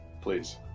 please